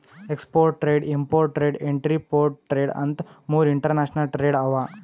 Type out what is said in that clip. export trade, import trade, entrepot trade ಅಂತ್ ಮೂರ್ international trade ಅವಾ